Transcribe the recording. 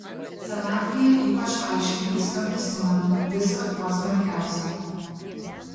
senatvėje ypač aiškiai viską prisimenu viską kuo smulkiausiai